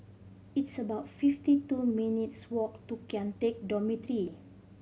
it's about fifty two minutes' walk to Kian Teck Dormitory